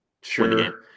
Sure